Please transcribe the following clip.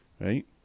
Right